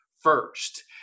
first